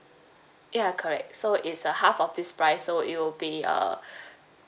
ya correct so it's a half of this price so it will be uh